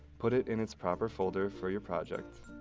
put it in its proper folder for your project.